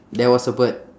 there was a bird